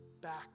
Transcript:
back